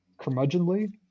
curmudgeonly